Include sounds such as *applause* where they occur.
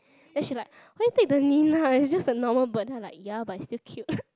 then she like why you take the mynah it's just the normal bird then I like ya but it's still cute *laughs*